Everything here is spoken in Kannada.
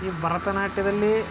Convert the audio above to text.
ಈ ಭರತನಾಟ್ಯದಲ್ಲಿ